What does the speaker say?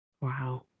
Wow